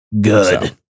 Good